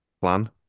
plan